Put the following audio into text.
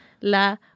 La